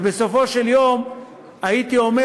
ובסופו של יום הייתי אומר,